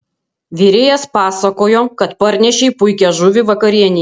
virėjas pasakojo kad parnešei puikią žuvį vakarienei